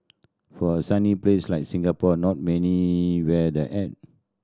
for a sunny place like Singapore not many wear the hat